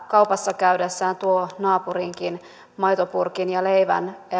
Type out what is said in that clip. kaupassa käydessään tuo naapurinkin maitopurkin ja leivän